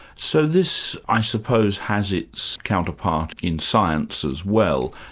so this, i suppose, has its counterpart in science as well,